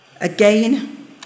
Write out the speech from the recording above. Again